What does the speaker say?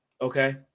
okay